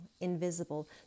invisible